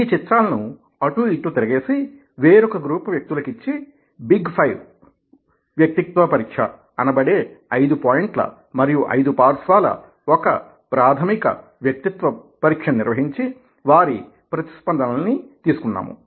ఈ చిత్రాలను అటూ ఇటూ తిరగేసి వేరొక గ్రూప్ వ్యక్తులకి ఇచ్చి బిగ్5వ్యక్తిత్వ పరీక్ష అనబడే 5పోయింట్ల మరియు 5 పార్శ్వాల ఒక ప్రాధమిక వ్యక్తిత్వ పరీక్షని నిర్వహించి వారి ప్రతిస్పందనలని తీసుకున్నాము